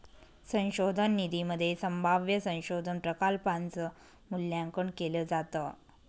संशोधन निधीमध्ये संभाव्य संशोधन प्रकल्पांच मूल्यांकन केलं जातं